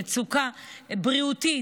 במצוקה בריאותית,